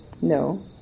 No